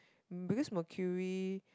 because Mercury